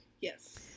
Yes